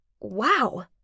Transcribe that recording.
wow